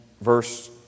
verse